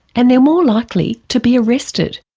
and they're more likely to be arrested.